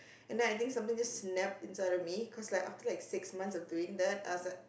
and then I think something just snapped inside of me cause like after like six months of doing that I was like